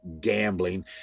gambling